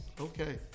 Okay